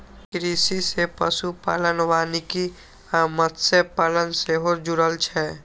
कृषि सं पशुपालन, वानिकी आ मत्स्यपालन सेहो जुड़ल छै